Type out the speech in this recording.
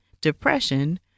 depression